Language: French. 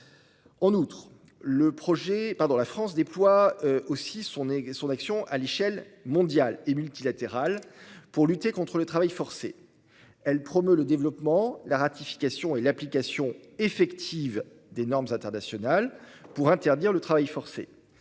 En outre, notre pays déploie son action à l'échelle mondiale et multilatérale pour lutter contre le travail forcé. Il promeut le développement, la ratification et l'application effective des normes internationales pour interdire le travail forcé.